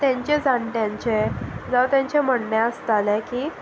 तांच्या जाणट्यांचें जावं तांचें म्हणणें आसतालें की